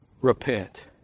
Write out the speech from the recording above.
Repent